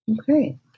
Okay